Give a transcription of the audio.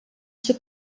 ser